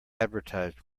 advertised